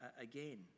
again